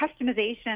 customization